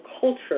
culture